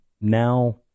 now